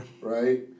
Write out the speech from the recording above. Right